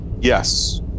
Yes